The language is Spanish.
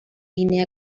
guinea